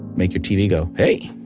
make your tv go, hey,